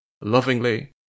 lovingly